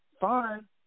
fine